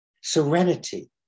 serenity